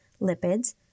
lipids